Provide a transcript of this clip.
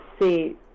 see